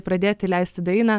pradėti leisti dainą